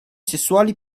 sessuali